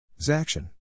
Zaction